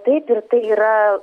taip ir tai yra